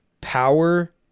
power